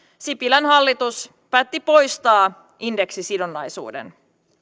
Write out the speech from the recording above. sipilän hallitus päätti poistaa indeksisidonnaisuuden